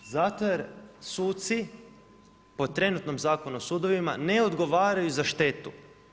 Zato jer suci po trenutnom Zakonu o sudovima, ne odgovaraju za štetu.